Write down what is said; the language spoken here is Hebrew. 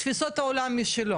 תפיסות העולם שלו